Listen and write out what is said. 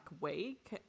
week